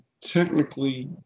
technically